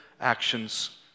actions